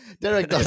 Derek